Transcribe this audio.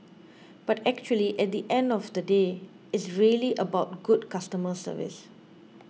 but actually at the end of the day it's really about good customer service